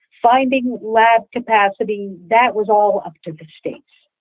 finding lab capacity, that was all up to the states.